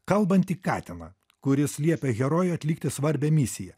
kalbantį katiną kuris liepia herojui atlikti svarbią misiją